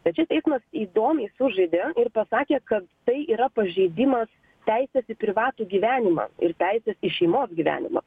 tad čia teismas įdomiai sužaidė ir pasakė kad tai yra pažeidimas teisės į privatų gyvenimą ir teisės į šeimos gyvenimą